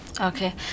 Okay